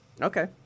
Okay